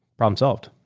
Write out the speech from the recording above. problem solved.